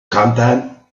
content